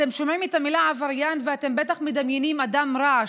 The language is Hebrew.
אתם שומעים את המילה "עבריין" ואתם בטח מדמיינים אדם רע,